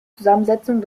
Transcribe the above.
zusammensetzung